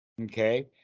Okay